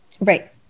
Right